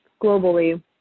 globally